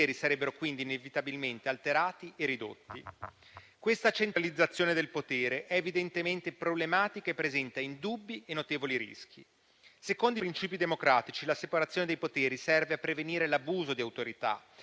poteri sarebbero quindi inevitabilmente alterati e ridotti. Questa centralizzazione del potere è evidentemente problematica e presenta indubbi e notevoli rischi. Secondo i princìpi democratici, la separazione dei poteri serve a prevenire l'abuso di autorità